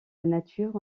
nature